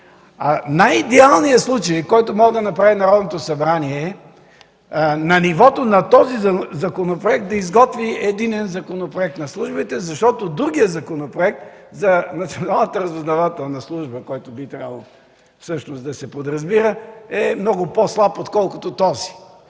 Най-идеалният случай, който може да направи Народното събрание, е, на нивото на този законопроект да изготви единен законопроект на службите, защото другият Законопроект за Националната разузнавателна служба, който би трябвало всъщност да се подразбира, е много по-слаб, отколкото този